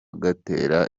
gatera